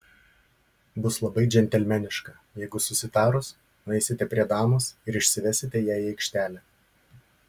bus labai džentelmeniška jeigu susitarus nueisite prie damos ir išsivesite ją į aikštelę